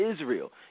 Israel